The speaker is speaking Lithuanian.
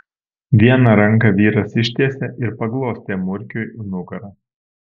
vieną ranką vyras ištiesė ir paglostė murkiui nugarą